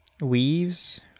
Weaves